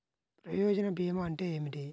ప్రయోజన భీమా అంటే ఏమిటి?